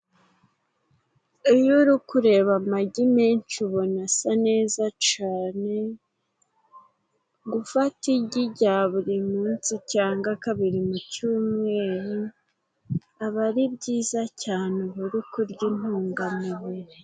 Iyo uri kureba amagi menshi ubona asa neza cane. Gufata igi rya buri munsi cyangwa kabiri mu cyumweru aba ari byiza cyane uba uri kurya intungamubiri.